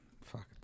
fuck